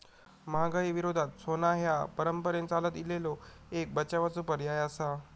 महागाई विरोधात सोना ह्या परंपरेन चालत इलेलो एक बचावाचो पर्याय आसा